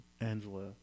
Angela